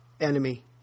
enemy